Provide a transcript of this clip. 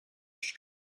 street